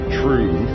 true